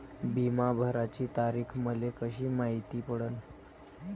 बिमा भराची तारीख मले कशी मायती पडन?